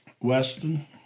Weston